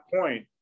point